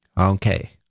Okay